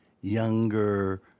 younger